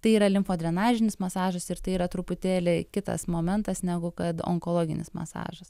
tai yra limfodrenažinis masažas ir tai yra truputėlį kitas momentas negu kad onkologinis masažas